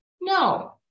No